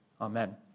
amen